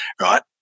right